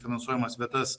finansuojamas vietas